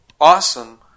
awesome